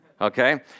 okay